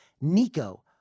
Nico